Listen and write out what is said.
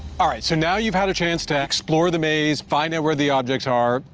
all right, so now you've had a chance to explore the maze, find out where the objects are.